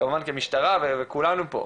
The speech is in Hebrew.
כמובן כמשטרה וגם כולנו פה.